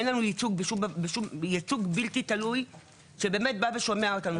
אין לנו ייצוג בלתי תלוי שבא ושומע אותנו.